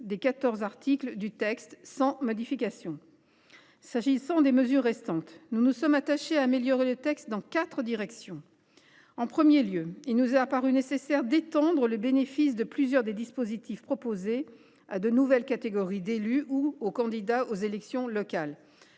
articles du texte sans modification. S’agissant des mesures restantes, les membres de la commission des lois se sont attachés à améliorer le texte dans quatre directions. En premier lieu, il est apparu nécessaire d’étendre le bénéfice de plusieurs des dispositifs proposés à de nouvelles catégories d’élus ou aux candidats aux élections locales,